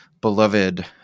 beloved